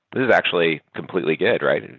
this is actually completely good, right? and